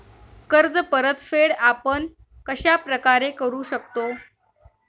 कर्ज परतफेड आपण कश्या प्रकारे करु शकतो?